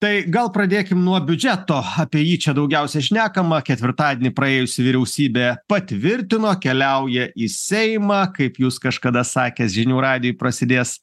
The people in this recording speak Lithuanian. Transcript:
tai gal pradėkim nuo biudžeto apie jį čia daugiausiai šnekama ketvirtadienį praėjusį vyriausybė patvirtino keliauja į seimą kaip jūs kažkada sakęs žinių radijui prasidės